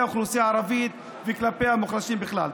האוכלוסייה הערבית וכלפי המוחלשים בכלל.